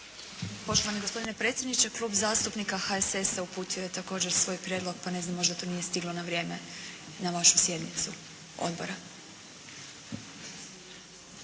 Poštovani gospodine predsjedniče, Klub zastupnika HSS-a uputio je također svoj prijedlog, pa ne znam možda to nije stiglo na vrijeme na vašu sjednicu odbora.